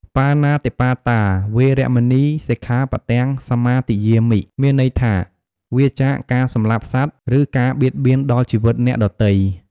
បាណាតិបាតា វេរមណី សិក្ខាបទំ សមាទិយាមិ មានន័យថា វៀរចាកការសម្លាប់សត្វ ឬការបៀតបៀនដល់ជីវិតអ្នកដទៃ។